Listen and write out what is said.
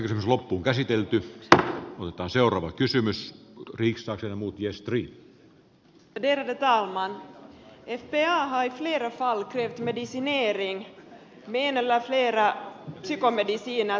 fpa har i flera fall krävt medicinering med en eller flera psykomediciner som en förutsättning för att ungdomar ska beviljas psykoterapi